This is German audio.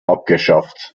abgeschafft